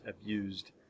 abused